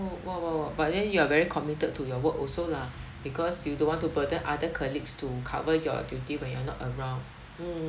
oh !wah! !wah! !wah! but then you are very committed to your work also lah because you don't want to burden other colleagues to cover your duty when you're not around mm